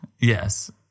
Yes